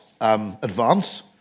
advance